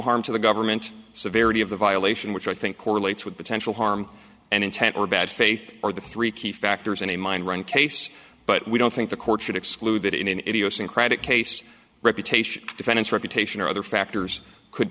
harm to the government severity of the violation which i think correlates with potential harm and intent or bad faith are the three key factors in a mine run case but we don't think the court should exclude that in an idiosyncratic case reputation defense reputation or other factors could